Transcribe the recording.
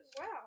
wow